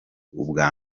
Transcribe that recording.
ubwa